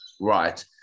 right